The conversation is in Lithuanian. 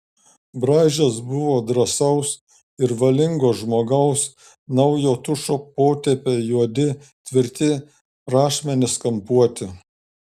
braižas buvo drąsaus ir valingo žmogaus naujo tušo potėpiai juodi tvirti rašmenys kampuoti